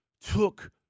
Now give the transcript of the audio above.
took